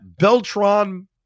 Beltron